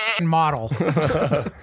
model